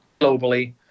globally